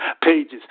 Pages